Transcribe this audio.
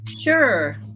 Sure